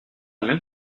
même